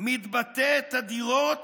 מתבטא תדירות